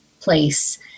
place